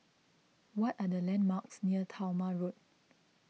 what are the landmarks near Talma Road